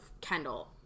Kendall